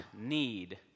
need